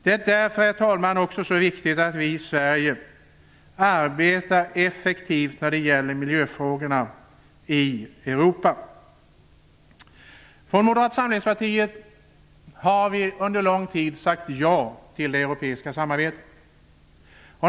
Det är därför, herr talman, viktigt att vi i Sverige arbetar effektivt när det gäller miljöfrågorna i Europa. Från Moderata samlingspartiet har vi under lång tid sagt ja till det europeiska samarbetet.